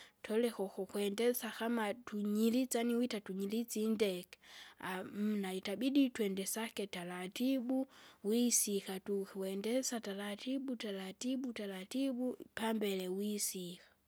Toleka ukukwendesa kama tunyirisa yaani wita tunyirisa yaani wita tinyirisa indege, hamuna itabidi twendesake taratibu wisika tuku wendesa taratibu taratibu taratibu, pambele wisiga.